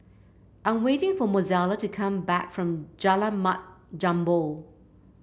I am waiting for Mozella to come back from Jalan Mat Jambol